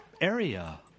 area